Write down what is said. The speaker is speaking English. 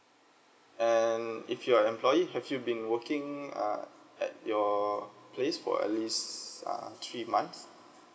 and if you're an employee have you been working uh at your place for at least uh three months